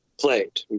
played